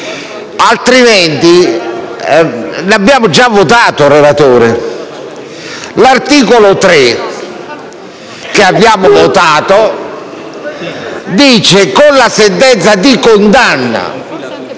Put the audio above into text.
e Lumia. Lo abbiamo già votato, relatore. L'articolo 3, che abbiamo votato, dice che con la sentenza di condanna